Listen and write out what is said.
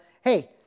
hey